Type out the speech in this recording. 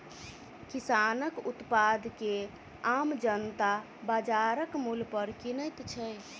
किसानक उत्पाद के आम जनता बाजारक मूल्य पर किनैत छै